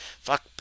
fuck